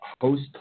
host